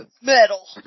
metal